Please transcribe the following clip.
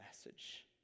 message